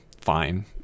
fine